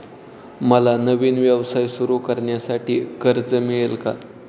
मला नवीन व्यवसाय सुरू करण्यासाठी कर्ज मिळेल का?